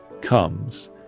comes